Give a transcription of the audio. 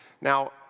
Now